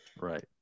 Right